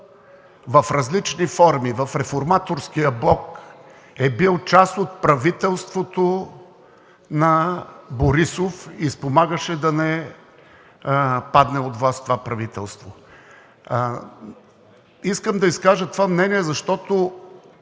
в различни форми – в Реформаторския блок е бил част от правителството на Борисов и спомагаше да не падне от власт това правителство. Искам да изкажа това мнение, защото